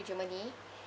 germany